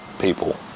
people